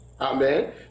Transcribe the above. Amen